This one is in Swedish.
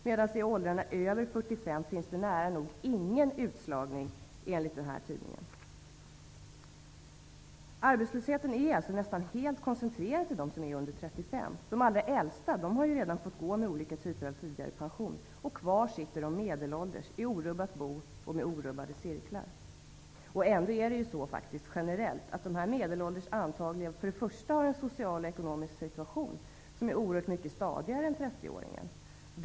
Medan i åldrarna över 45 finns nära nog ingen utslagning. Arbetslösheten är nästan helt koncentrerad till dem under 35! De allra äldsta har redan fått gå med olika typer av tidig pension. Kvar sitter de medelålders i orubbat bo och med orubbade cirklar. Generellt är det ändå så att dessa medelålders antagligen för det första har en social och ekonomisk situation som är oerhört mycket stadigare än för t.ex. 30-åringen.